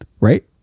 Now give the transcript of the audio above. right